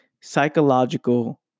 psychological